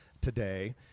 today